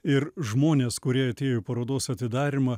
ir žmonės kurie atėjo į parodos atidarymą